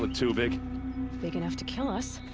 but too big. big enough to kill us!